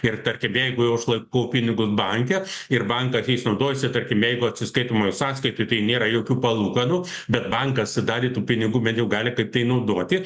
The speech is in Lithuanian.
ir tarkim jeigu jau aš laikau pinigus banke ir bankais jais naudojasi tarkim jeigu atsiskaitomojoj sąskaitoj tai nėra jokių palūkanų bet bankas dalį tų pinigų bent jau gali kaip tai naudoti